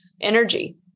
energy